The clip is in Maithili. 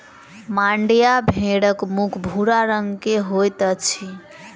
मांड्या भेड़क मुख भूरा रंग के होइत अछि